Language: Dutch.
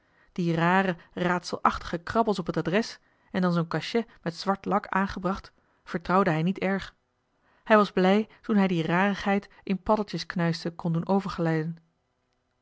die rare raadselachtige krabbels op t adres en dan zoo'n cachet met zwart lak aangebracht vertrouwde hij niet erg hij was blij toen hij die rarigheid in paddeltje's knuisten kon doen overglijden